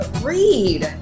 Read